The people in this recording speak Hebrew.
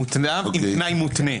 מוטב עם תנאי מותנה,